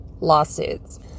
Lawsuits